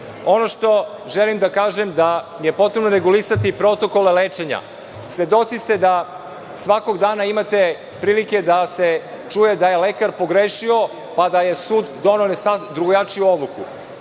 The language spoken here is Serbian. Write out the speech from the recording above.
što želim da kažem je da je potrebno regulisati protokole lečenja. Svedoci ste da svakog dana imate prilike da se čuje da je lekar pogrešio, pa da je sud doneo drugojačiju odluku.U